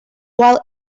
while